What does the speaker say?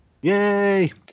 Yay